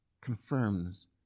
confirms